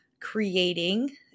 creating